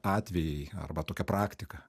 atvejai arba tokia praktika